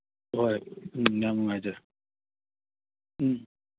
ꯍꯣꯏ ꯎꯝ ꯌꯥꯝ ꯅꯨꯡꯉꯥꯏꯖꯔꯦ ꯎꯝ